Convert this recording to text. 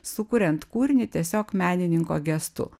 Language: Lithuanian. sukuriant kūrinį tiesiog menininko gestu